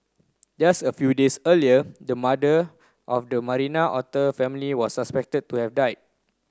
just a few days earlier the mother of the Marina otter family was suspected to have died